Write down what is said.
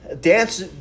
dance